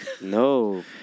No